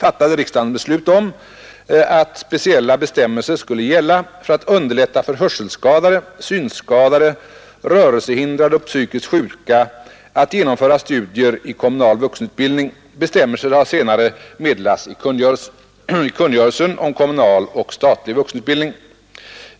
nomföra studier i kommunal vuxenutbildning. Bestämmelser har senare meddelats i kungörelsen om kommunal och statlig vuxenutbildning.